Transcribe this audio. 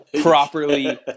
Properly